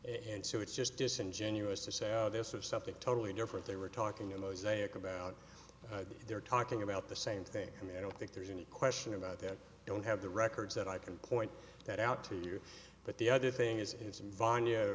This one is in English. and so it's just disingenuous to say oh this was something totally different they were talking a mosaic about they're talking about the same thing and i don't think there's any question about that i don't have the records that i can point that out to you but the other thing is i